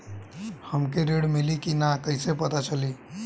हमके ऋण मिली कि ना कैसे पता चली?